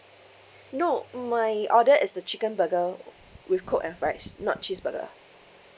no my order is the chicken burger with coke and fries not cheeseburger